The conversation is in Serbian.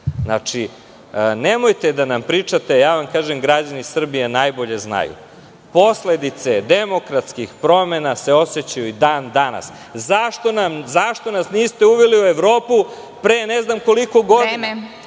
drugih. Nemojte da nam pričate. Građani Srbije najbolje znaju. Posledice demokratskih promena se osećaju i dan danas. Zašto nas niste uveli u Evropu pre ne znam koliko godina?